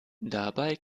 dabei